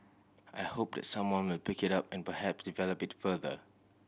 I hope that someone will pick it up and perhaps develop it further